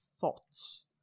thoughts